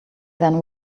then